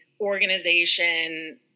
organization